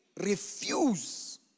refuse